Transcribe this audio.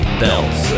belts